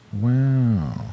Wow